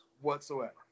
whatsoever